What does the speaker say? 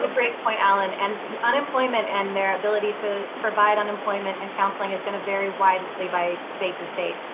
um great point, allen. and unemployment and their ability to provide unemployment and counseling is going to vary widely by state to state.